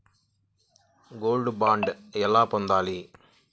Gold bond ఎలా పొందాలి?